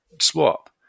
swap